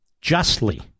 justly